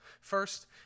First